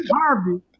Harvey